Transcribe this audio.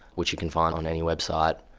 which you can find on any website,